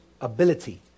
ability